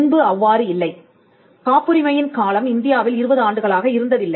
முன்பு அவ்வாறு இல்லை காப்புரிமையின் காலம் இந்தியாவில் 20 ஆண்டுகளாக இருந்ததில்லை